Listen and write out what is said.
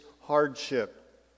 hardship